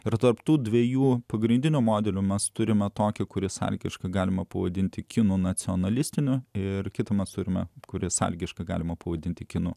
ir tarp tų dviejų pagrindinių modelių mes turime tokį kurį sąlygiškai galima pavadinti kinų nacionalistinio ir kitas turime kurį sąlygiškai galima pavadinti kinų